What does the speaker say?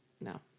no